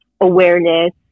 awareness